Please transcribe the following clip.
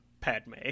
Padme